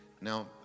now